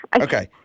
Okay